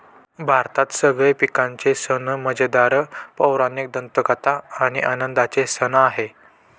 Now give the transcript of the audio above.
भारतात सगळे पिकांचे सण मजेदार, पौराणिक दंतकथा आणि आनंदाचे सण आहे